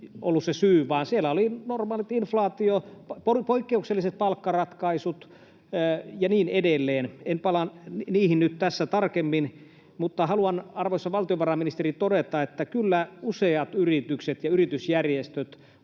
ollut se syy, vaan siellä olivat normaalit syyt, inflaatio, poikkeukselliset palkkaratkaisut ja niin edelleen. En palaa niihin nyt tässä tarkemmin, mutta haluan, arvoisa valtiovarainministeri, todeta, että kyllä useat yritykset ja yritysjärjestöt